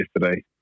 yesterday